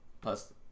Plus